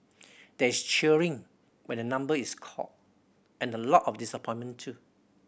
there is cheering when a number is called and a lot of disappointment too